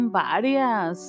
varias